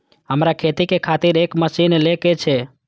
हमरा खेती के खातिर एक मशीन ले के छे?